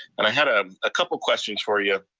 and i had a ah couple questions for you.